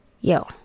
yo